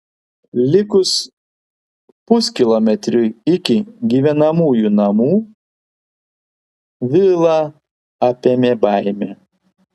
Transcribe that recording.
likus puskilometriui iki gyvenamųjų namų vilą apėmė baimė